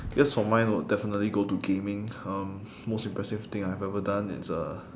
guess for mine would definitely go to gaming um most impressive thing I've ever done is uh